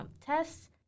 Tests